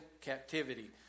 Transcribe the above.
captivity